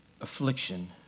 affliction